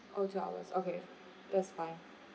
oh two hours okay that's fine